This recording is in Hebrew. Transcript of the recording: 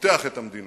פותח את המדינה.